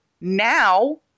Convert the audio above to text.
now